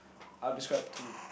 I will describe two